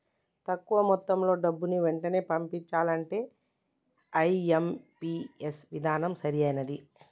తక్కువ మొత్తంలో డబ్బుని వెంటనే పంపించాలంటే ఐ.ఎం.పీ.ఎస్ విధానం సరైనది